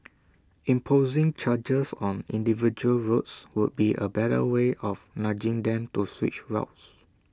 imposing charges on individual roads would be A better way of nudging them to switch routes